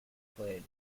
exploited